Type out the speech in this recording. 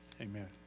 Amen